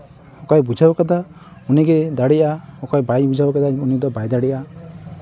ᱚᱠᱟᱭ ᱵᱩᱡᱷᱟᱹᱣ ᱠᱟᱫᱟ ᱩᱱᱤᱜᱮ ᱫᱟᱲᱮᱭᱟᱜᱼᱟ ᱚᱠᱚᱭ ᱵᱟᱭ ᱵᱩᱡᱷᱟᱹᱣ ᱠᱟᱫᱟ ᱩᱱᱤ ᱫᱚ ᱵᱟᱭ ᱫᱟᱲᱮᱭᱟᱜᱼᱟ